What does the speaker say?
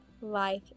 life